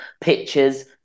pictures